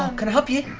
can i help you?